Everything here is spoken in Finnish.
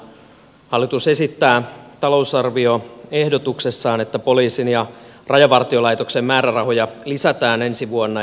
hallitus esittää talousarvioehdotuksessaan että poliisin ja rajavartiolaitoksen määrärahoja lisätään ensi vuonna